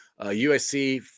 USC